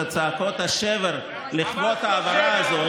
את צעקות השבר לכבוד ההעברה הזאת,